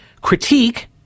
critique